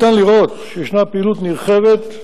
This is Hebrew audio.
אפשר לראות שיש פעילות נרחבת,